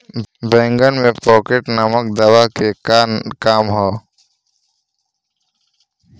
बैंगन में पॉकेट नामक दवा के का काम ह?